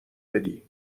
بدی